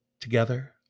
Together